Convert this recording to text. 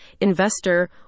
investor